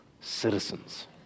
citizens